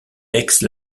aix